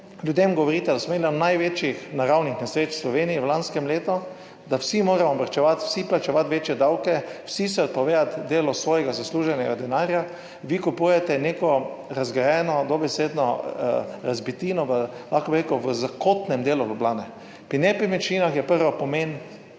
ljudem govorite, da smo imeli eno največjih naravnih nesreč v Sloveniji v lanskem letu, da vsi moramo varčevati, vsi plačevati večje davke, vsi se odpovedati delu svojega zasluženega denarja, vi kupujete neko razgrajeno dobesedno razbitino, lahko bi rekel, v zakotnem delu Ljubljane. Pri nepremičninah je prva pomeni